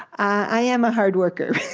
i am a hard worker,